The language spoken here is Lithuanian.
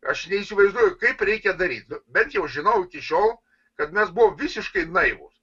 aš neįsivaizduoju kaip reikia daryti nu bet jau žinau iki šiol kad mes buvom visiškai naivūs